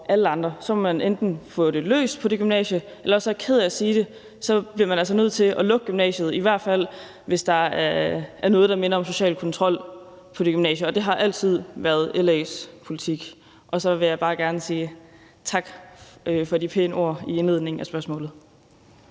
alle andre. Så må man enten få det løst på det gymnasie, eller også bliver man altså nødt til at lukke gymnasiet, er jeg ked af at sige, i hvert fald hvis der er noget, der minder om social kontrol på det gymnasie. Det har altid været LA's politik. Så vil jeg bare gerne sige tak for de pæne ord i indledningen af spørgsmålet.